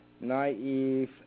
naive